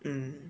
mm